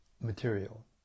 material